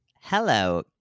Hello